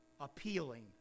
appealing